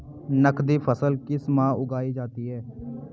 नकदी फसल किस माह उगाई जाती है?